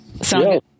Sound